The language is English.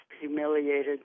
humiliated